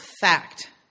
fact